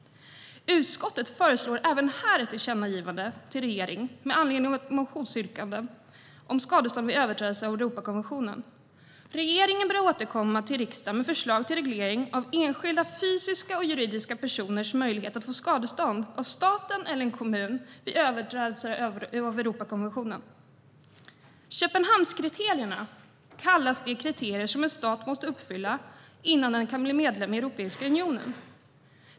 Utskottet föreslår även här ett tillkännagivande till regeringen med anledning av motionsyrkanden om skadestånd vid överträdelse av Europakonventionen. Regeringen bör återkomma till riksdagen med ett förslag till reglering av enskilda fysiska och juridiska personers möjlighet att få skadestånd av staten eller en kommun vid överträdelse av Europakonventionen. Köpenhamnskriterierna kallas de kriterier som en stat måste uppfylla innan den kan bli medlem i Europeiska unionen.